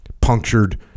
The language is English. punctured